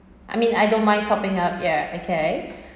I mean I don't mind topping up ya okay